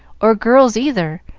or girls either.